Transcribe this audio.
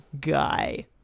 Guy